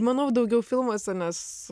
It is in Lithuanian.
manau daugiau filmuose nes